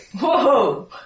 Whoa